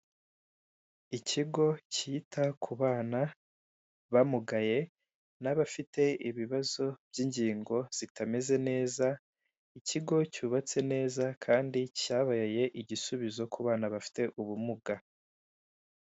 Ikigo cyita ku bana bamugaye n'abafite ibibazo by'ingingo zitameze neza, ikigo cyubatse neza kandi cyabaye igisubizo ku bana bafite ubumuga.